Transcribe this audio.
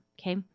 okay